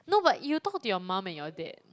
no but you talk to your mum and your dad